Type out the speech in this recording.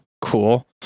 cool